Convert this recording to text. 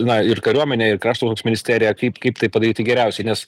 na ir kariuomenė ir krašto apsaugos ministerija kaip kaip tai padaryti geriausiai nes